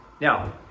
Now